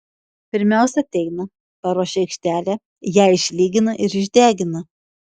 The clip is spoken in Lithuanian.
pirmiausia ateina paruošia aikštelę ją išlygina ir išdegina